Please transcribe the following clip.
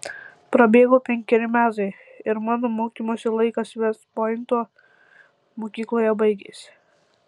prabėgo penkeri metai ir mano mokymosi laikas vest pointo mokykloje baigėsi